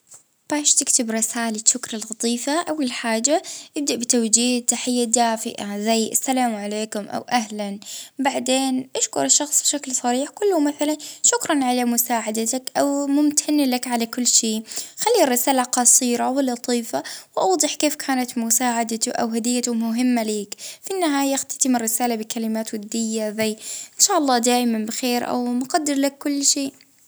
ابدأ بتحية الشخص هذا أكتب يعني كلمة عزيزي أو عزيزتي، آآ عبر على الشكر أ جول مثلا نحب نشكر على الشيء اللي بتشكر عليه آآ أذكر الشيء الذي خلاك ممتن ووضح ليش الشكر، أختم الرسالة بتنمية بتمنيات بالخير.